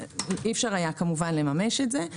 כמובן שאי אפשר היה לממש את זה.